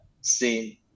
seen